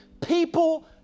people